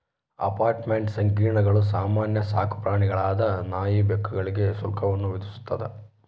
apartment ಸಂಕೀರ್ಣಗಳು ಸಾಮಾನ್ಯ ಸಾಕುಪ್ರಾಣಿಗಳಾದ ನಾಯಿ ಬೆಕ್ಕುಗಳಿಗೆ ಶುಲ್ಕವನ್ನು ವಿಧಿಸ್ತದ